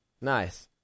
Nice